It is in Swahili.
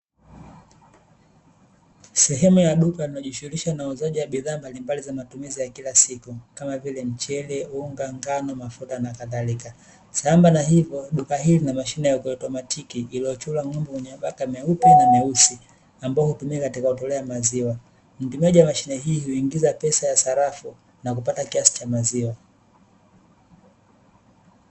Sehemu ya duka linajishughulisha na uuzaji wa bidhaa mbalimbali za matumizi ya kila siku kama vile mchele, unga, ngano mafuta na kadhalika sambamba na hivyo duka hili linamashine inayoitwa Matiki, iliyochorwa ng'ombe mwenye mabaka meupe na meusi ambao hutumia katika kutolea maziwa, mtumiaji wa mashine hii huingiza pesa ya sarafu na kupata kiasi cha maziwa.